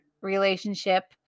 relationship